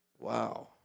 wow